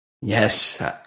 Yes